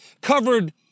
covered